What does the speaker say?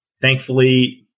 thankfully